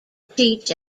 teach